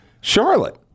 Charlotte